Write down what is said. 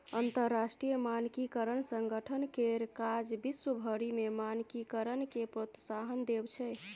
अंतरराष्ट्रीय मानकीकरण संगठन केर काज विश्व भरि मे मानकीकरणकेँ प्रोत्साहन देब छै